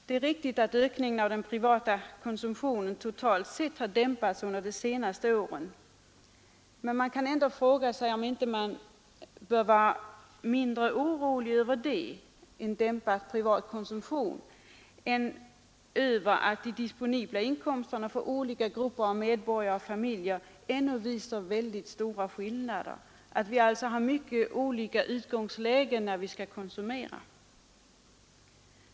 Det är riktigt att ökningen av den totala privata konsumtionen dämpats under de senaste åren, men man kan fråga sig om man inte bör vara mindre orolig över en dämpad privat konsumtion än över att de disponibla inkomsterna för olika grupper av medborgare och familjer ännu visar mycket stora skillnader, att vi alltså har mycket olika utgångslägen när det gäller konsumtionen.